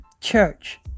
Church